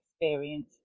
experience